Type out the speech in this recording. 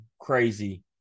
crazy